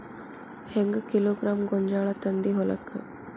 ಹೆಂಗ್ ಕಿಲೋಗ್ರಾಂ ಗೋಂಜಾಳ ತಂದಿ ಹೊಲಕ್ಕ?